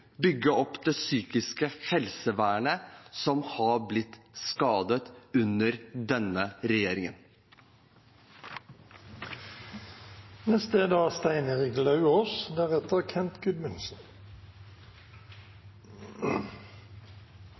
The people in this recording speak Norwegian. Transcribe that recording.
bygge opp det psykiske helsevernet, som har blitt skadet under denne regjeringen. Det er